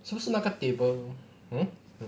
是不是那个 table hmm